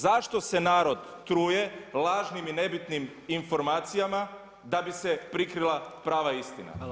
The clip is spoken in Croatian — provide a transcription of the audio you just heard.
Zašto se narod truje lažnim i nebitnim informacijama da bi se prikrila prava istina?